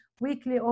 weekly